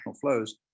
flows